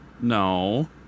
No